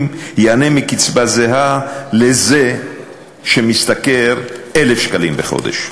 ייהנה מקצבה זהה לזה שמשתכר 1,000 שקלים בחודש.